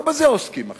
לא בזה עוסקים עכשיו.